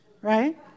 right